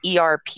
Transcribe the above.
ERP